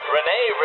Renee